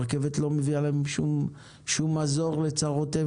הרי רכבת לא מביאה שום מזור לצרותיהם,